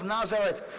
Nazareth